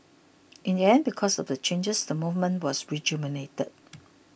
in the end because of the changes the movement was rejuvenated